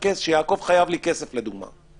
שיעקב חייב לי כסף, לדוגמה.